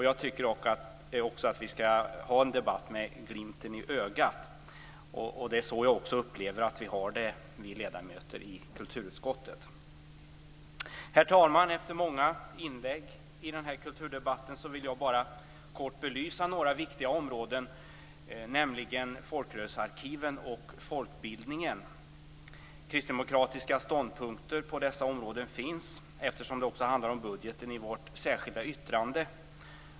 Jag tycker också att vi ska föra debatten med glimten i ögat, och det är så jag upplever att vi gör, vi ledamöter i kulturutskottet. Herr talman! Efter många inlägg i denna kulturdebatt vill jag bara kort belysa några viktiga områden, nämligen folkrörelsearkiven och folkbildningen. Kristdemokratiska ståndpunkter på dessa områden finns - eftersom det också handlar om budgeten - i vårt särskilda yttrande.